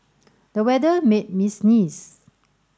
the weather made me sneeze